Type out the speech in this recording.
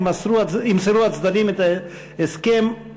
ימסרו הצדדים את ההסכם,